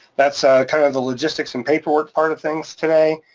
that's kind of the logistics and paperwork part of things today.